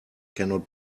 cannot